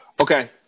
Okay